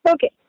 Okay